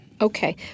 Okay